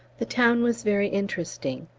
the town was very interesting.